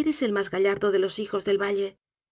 eres el mas gallardo de los hijos del valle